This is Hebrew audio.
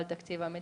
על תקציב המדינה.